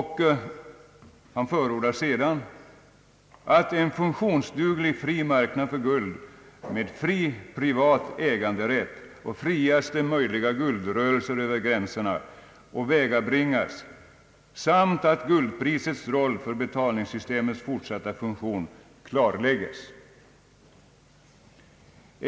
Han förordar sedan »att en funktionsduglig fri marknad för guld med fri privat äganderätt och friaste möjliga guldrörelser över gränserna åvägabringas samt att guldprisets roll för betalningssystemets fortsatta funktion klarläggs».